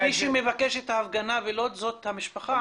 אז מי שמבקש את ההפגנה בלוד זו המשפחה?